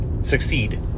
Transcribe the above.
succeed